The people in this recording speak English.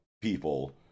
people